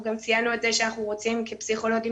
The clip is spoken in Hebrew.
אנחנו גם ציינו את זה שאנחנו רוצים כפסיכולוגים